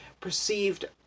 perceived